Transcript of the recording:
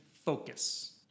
focus